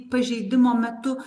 pažeidimo metu